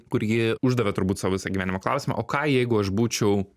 kur ji uždavė turbūt sau visą gyvenimą klausimą o ką jeigu aš būčiau